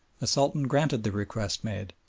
sultan granted the request made,